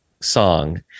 song